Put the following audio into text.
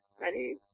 Ready